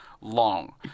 long